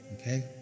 okay